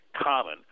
common